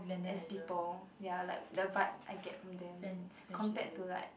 as people ya like the vibe I get from them compared to like